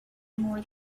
more